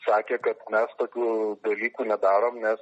sakė kad mes tokių dalykų nedarom nes